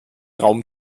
raum